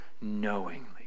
knowingly